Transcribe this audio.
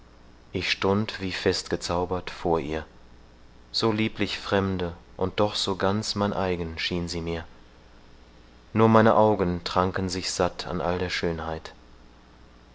ich stund wie fest gezaubert vor ihr so lieblich fremde und doch so ganz mein eigen schien sie mir nur meine augen tranken sich satt an all der schönheit